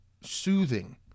soothing